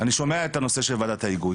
אני שומע את הנושא של וועדת ההיגוי